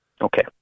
Okay